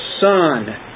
Son